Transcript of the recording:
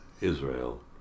Israel